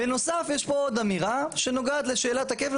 בנוסף, יש פה עוד אמירה שנוגעת לשאלת הכפל.